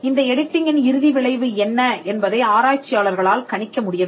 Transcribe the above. இந்த எடிட்டிங்கின் இறுதி விளைவு என்ன என்பதை ஆராய்ச்சியாளர்களால் கணிக்க முடியவில்லை